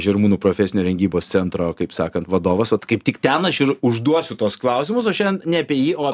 žirmūnų profesinio rengybos centro kaip sakant vadovas vat kaip tik ten aš ir užduosiu tuos klausimus o šiandien ne apie jį o